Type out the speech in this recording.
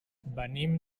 venim